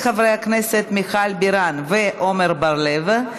להצעה לסדר-היום ולהעביר את